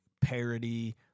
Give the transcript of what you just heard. parody